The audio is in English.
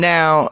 Now